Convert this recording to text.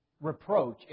reproach